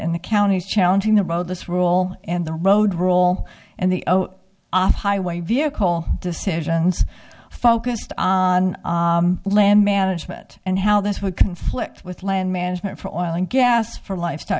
and the counties challenging the road this rule and the road roll and the off highway vehicle decisions focused on land management and how this would conflict with land management for oil and gas for li